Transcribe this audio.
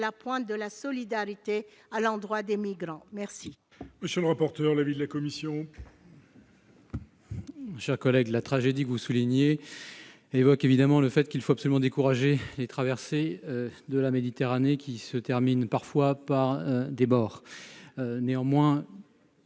la pointe de la solidarité à l'endroit des migrants. Quel